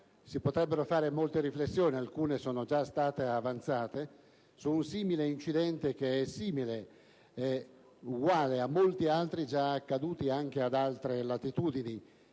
Si potrebbero fare molte riflessioni - alcune sono già state avanzate - su un simile incidente, che è uguale a molti altri già accaduti anche ad altre latitudini,